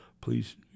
please